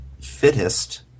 fittest